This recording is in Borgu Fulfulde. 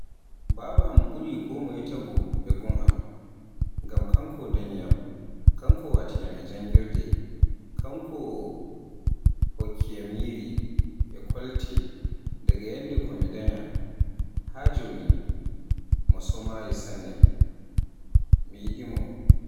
Baba am ɓuri konmoye taagu e gun am, ngam kanko danyiyan, kanki watiiyam e janngirde, kanko hokkiyam nyiri e kolte daga nyamde ko mi sanya haa joni, mo somaayi, mi yiɗi mo.